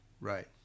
Right